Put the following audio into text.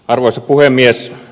arvoisa puhemies